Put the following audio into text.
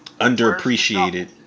underappreciated